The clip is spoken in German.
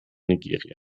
nigeria